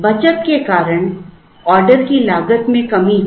बचत के कारण ऑर्डर की लागत में कमी होगी